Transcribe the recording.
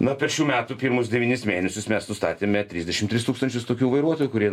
na per šių metų pirmus devynis mėnesius mes nustatėme trisdešim tris tūkstančius tokių vairuotojų kurie